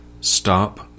stop